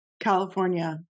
California